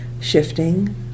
shifting